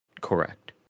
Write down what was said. Correct